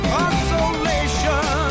Consolation